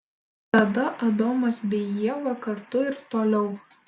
tada adomas bei ieva kartu ir toliau